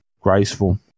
graceful